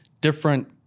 different